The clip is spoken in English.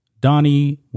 Donnie